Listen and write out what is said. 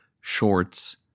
shorts